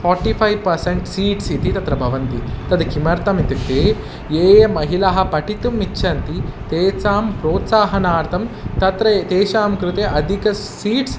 forty-five percent seats इति तत्र भवन्ति तद् किमर्थम् इत्युक्ते ये महिलाः पठितुम् इच्छन्ति तेषां प्रोत्साहनार्थं तत्र तेषां कृते अधिकं सीट्स्